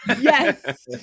yes